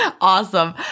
Awesome